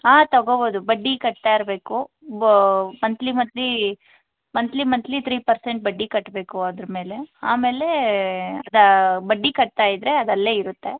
ಹಾಂ ತಗೊಬೋದು ಬಡ್ಡಿ ಕಟ್ತಾ ಇರಬೇಕು monthly monthly monthly monthly three percent ಬಡ್ಡಿ ಕಟ್ಟಬೇಕು ಅದರ ಮೇಲೆ ಆಮೇಲೆ ಬಡ್ಡಿ ಕಟ್ತಾ ಇದ್ದರೆ ಅದು ಅಲ್ಲೇ ಇರುತ್ತೆ